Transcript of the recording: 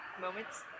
moments